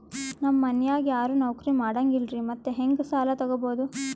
ನಮ್ ಮನ್ಯಾಗ ಯಾರೂ ನೌಕ್ರಿ ಮಾಡಂಗಿಲ್ಲ್ರಿ ಮತ್ತೆಹೆಂಗ ಸಾಲಾ ತೊಗೊಬೌದು?